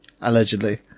allegedly